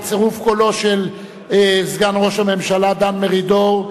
בצירוף קולו של סגן ראש הממשלה דן מרידור,